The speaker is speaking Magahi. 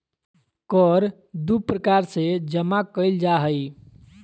कर दू प्रकार से जमा कइल जा हइ